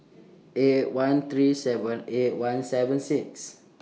eight one three seven eight one seven six